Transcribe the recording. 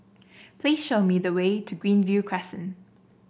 please show me the way to Greenview Crescent